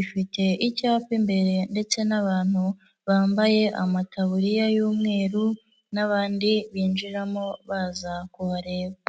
ifite icyapa imbere ndetse n'abantu bambaye amataburiya y'umweru n'abandi binjiramo baza kubareba.